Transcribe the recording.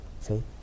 See